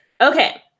Okay